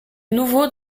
nouveau